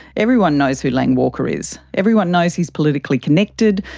everyone knows who lang walker is. everyone knows he's politically connected,